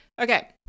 Okay